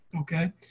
okay